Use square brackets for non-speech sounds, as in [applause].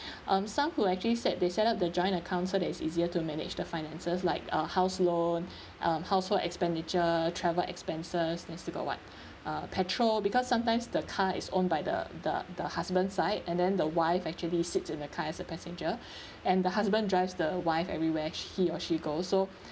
[breath] um some who actually said they set up the joint account so that it's easier to manage their finances like uh house loan [breath] um household expenditure travel expenses then still got [what] uh petrol because sometimes the car is owned by the the the husband side and then the wife actually sits in the car as a passenger [breath] and the husband drives the wife everywhere he or she go so